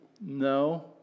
no